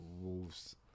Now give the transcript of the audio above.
Wolves